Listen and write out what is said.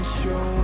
show